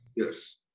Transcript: Yes